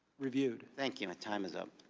reviewed. thank you. my time is up.